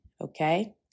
okay